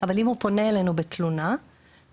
אבל אם הוא פונה אלינו בתלונה - בעבר